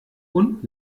und